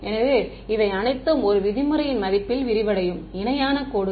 எனவே இவை அனைத்தும் 1 விதிமுறையின் மதிப்பில் விரிவடையும் இணையான கோடுகள்